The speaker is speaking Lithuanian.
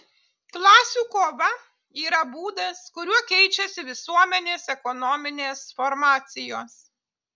klasių kova yra būdas kuriuo keičiasi visuomenės ekonominės formacijos